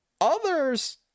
others